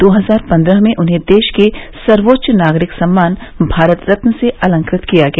दो हजार पन्द्रह में उन्हें देश के सर्वेच्च नागरिक सम्मान भारत रल से अलंकृत किया गया